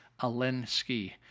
Alinsky